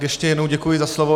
Ještě jednou děkuji za slovo.